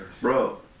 bro